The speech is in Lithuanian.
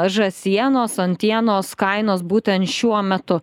žąsienos antienos kainos būtent šiuo metu